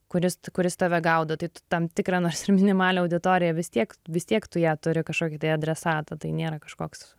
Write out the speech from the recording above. kuris kuris tave gaudo tai tu tam tikrą nors ir minimalią auditoriją vis tiek vis tiek tu ją turi kažkokį tai adresatą tai nėra kažkoks